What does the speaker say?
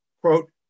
quote